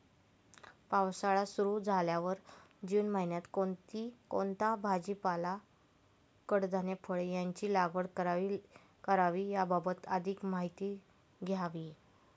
पावसाळा सुरु झाल्यावर जून महिन्यात कोणता भाजीपाला, कडधान्य, फळे यांची लागवड करावी याबाबत अधिक माहिती द्यावी?